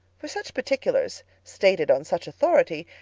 for such particulars, stated on such authority,